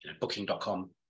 booking.com